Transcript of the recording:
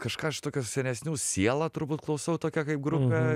kažką iš tokio senesių sielą turbūt klausau tokią kaip grupę